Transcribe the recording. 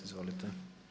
Izvolite.